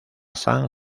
san